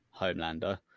Homelander